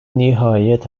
nihayet